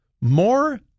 more